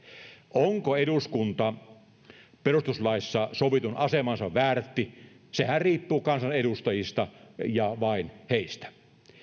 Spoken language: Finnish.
onko eduskunta perustuslaissa sovitun asemansa väärtti sehän riippuu kansanedustajista ja vain heistä